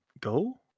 go